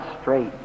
straight